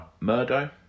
Murdo